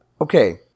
okay